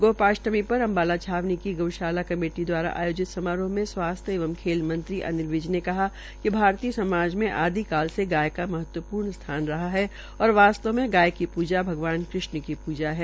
गोपाष्टमी पर अम्बाला की गऊशाला कमेटी दवारा आयोजित समारोह में स्वाथ्स्य एवं खेल मंत्री अनिल विज ने कहा है कि भारतीय समाज में आदिकाल से गाय की महत्वपूर्ण स्थान रहा है और वास्त्व मे गाय पूरा भगवान कृष्ण की पूजा है